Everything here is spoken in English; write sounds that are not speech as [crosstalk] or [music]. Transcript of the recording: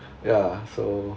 ya so [laughs]